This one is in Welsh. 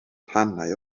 rhannau